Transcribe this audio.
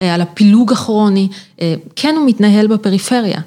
‫על הפילוג הכרוני, ‫כן הוא מתנהל בפריפריה.